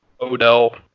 Odell